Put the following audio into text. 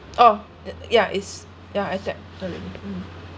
oh uh ya is ya I tap don't let me mm